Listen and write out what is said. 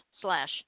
slash